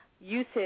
usage